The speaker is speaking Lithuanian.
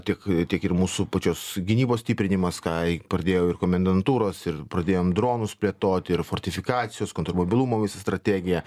tiek tiek ir mūsų pačios gynybos stiprinimas ką i pradėjo ir komendantūros ir pradėjom dronus plėtot ir fortifikacijos kontramobilumo visa strategija